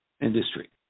industry